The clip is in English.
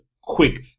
quick